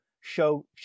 show